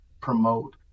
promote